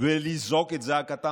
ולזעוק את זעקתם,